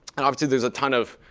and obviously, there's a ton of